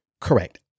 Correct